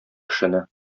кешене